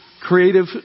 creative